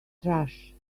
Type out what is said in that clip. trash